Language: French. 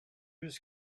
jugent